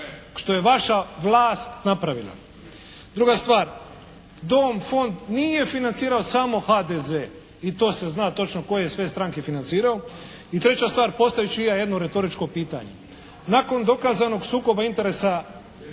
Što je vaša vlast napravila. Druga stvar, …/Govornik se ne razumije./… fond nije financirao samo HDZ i to se zna točno koje sve stranke financirao. I treća stvar, postavit ću i ja jedno retoričko pitanje. Nakon dokazanog sukoba interesa